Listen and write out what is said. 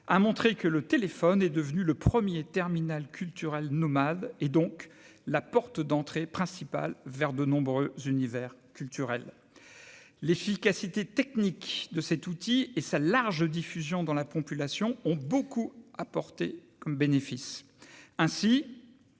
a montré que le téléphone est devenu le 1er terminal culturel nomades et donc la porte d'entrée principale vers de nombreux univers culturel l'efficacité technique de cet outil et sa large diffusion dans la pompe lation ont beaucoup apporté apporter comme bénéfice ainsi